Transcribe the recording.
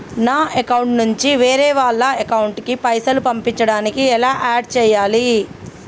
నా అకౌంట్ నుంచి వేరే వాళ్ల అకౌంట్ కి పైసలు పంపించడానికి ఎలా ఆడ్ చేయాలి?